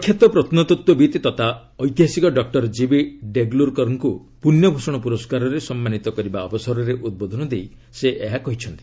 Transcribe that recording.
ପ୍ରଖ୍ୟାତ ପ୍ରତ୍ତତ୍ତ୍ୱବିତ୍ ତଥା ଐତିହାସିକ ଡକୁର ଜିବି ଡେଗ୍ଲୁର୍କର୍କୁ ପୁଣ୍ୟ ଭ୍ରୁଷଣ ପୁରସ୍କାରରେ ସମ୍ମାନୀତ କରିବା ଅବସରରେ ଉଦ୍ବୋଧନ ଦେଇ ସେ ଏହା କହିଛନ୍ତି